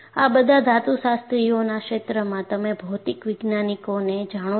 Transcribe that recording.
આ બધા ધાતુશાસ્ત્રીઓના ક્ષેત્રમાં તમે ભૌતિક વૈજ્ઞાનિકોને જાણો છો